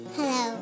Hello